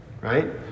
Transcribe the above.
Right